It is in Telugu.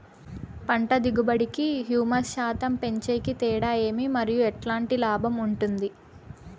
పంట దిగుబడి కి, హ్యూమస్ శాతం పెంచేకి తేడా ఏమి? మరియు ఎట్లాంటి లాభం ఉంటుంది?